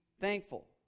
thankful